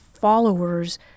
followers